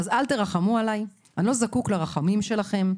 אז אל תרחמו עלי, אני לא זקוק לרחמים שלכם.